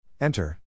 Enter